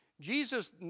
Jesus